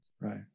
Right